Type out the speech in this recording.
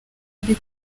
ari